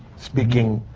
speaking.